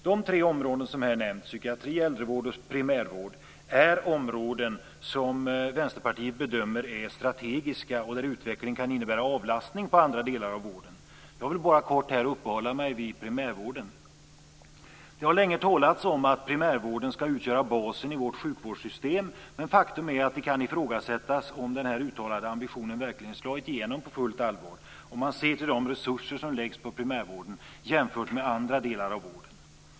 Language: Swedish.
Det tre områden som här nämnts, psykiatri, äldrevård och primärvård, är områden som Vänsterpartiet bedömer är strategiska och där utvecklingen kan innebära avlastning på andra delar av vården. Jag vill här bara kort uppehålla mig vid primärvården. Det har länge talats om att primärvården ska utgöra basen i vårt sjukvårdssystem, men faktum är att det kan ifrågasättas om denna ambition verkligen har slagit igenom på fullt allvar. Detta framgår vid en jämförelse mellan de resurser som läggs på primärvården och de som går till andra delar av vården.